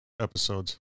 episodes